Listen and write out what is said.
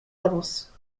avances